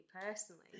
personally